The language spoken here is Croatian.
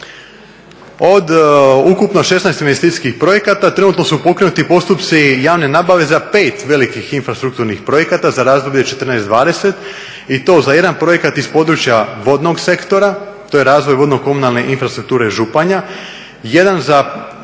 Od ukupno 16 investicijskih projekata trenutno su pokrenuti postupci javne nabave za 5 velikih infrastrukturnih projekata za razdoblje 2004.-2020.i to za jedan projekat iz područja vodnog sektora, to je razvoj vodno-komunalne infrastrukture Županja, jedan za